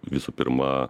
visų pirma